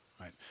right